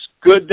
good